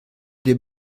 des